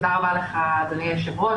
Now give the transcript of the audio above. תודה רבה כבוד היושב-ראש